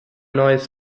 neues